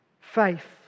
Faith